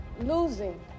Losing